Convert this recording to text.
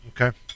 Okay